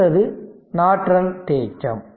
அடுத்தது நார்டன் தேற்றம்